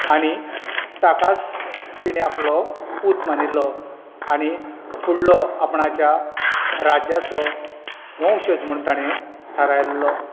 आनी ताकाच तिणे आपलो पूत मानिल्लो आनी फुडलो आपणाच्या राज्याचो वंशज म्हण तांणे थारायल्लो